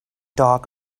dog